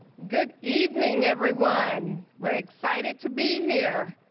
good evening everyone we're excited to be here.